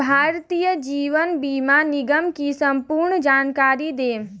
भारतीय जीवन बीमा निगम की संपूर्ण जानकारी दें?